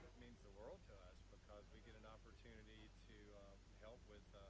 means the world to us because we get an opportunity to help with